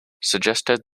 suggested